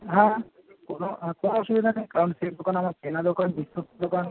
হ্যাঁ কোনো কোনো অসুবিধা নেই কারণ সেই দোকান আমার চেনা দোকান বিশ্বস্ত দোকান